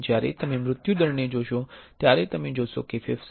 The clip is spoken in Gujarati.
જ્યારે તમે મૃત્યુ દરને જોશો ત્યારે તમે જોશો કે ફેફસાંના કેન્સરનો 18